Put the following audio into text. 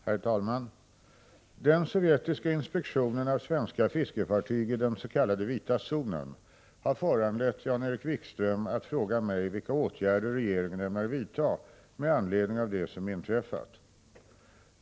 Herr talman! Den sovjetiska inspektionen av svenska fiskefartyg i den s.k. vita zonen har föranlett Jan-Erik Wikström att fråga mig vilka åtgärder regeringen ämnar vidta med anledning av det som inträffat.